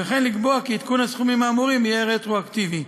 וכן לקבוע כי עדכון הסכומים האמורים יהיה רטרואקטיבי.